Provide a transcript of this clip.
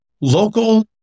local